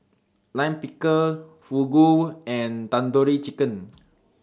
Lime Pickle Fugu and Tandoori Chicken